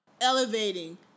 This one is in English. elevating